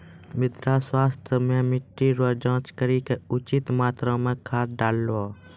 मृदा स्वास्थ्य मे मिट्टी रो जाँच करी के उचित मात्रा मे खाद डालहो